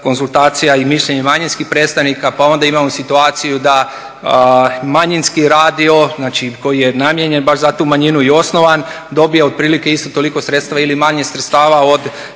konzultacija i mišljenja manjinskih predstavnika. Pa onda imamo situaciju da manjinski radio, znači koji je namijenjen baš za tu manjinu i osnovan dobija otprilike isto toliko sredstva ili manje sredstava od